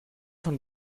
von